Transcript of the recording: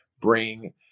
bring